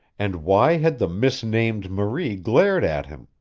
and why had the misnamed marie glared at him,